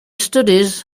studies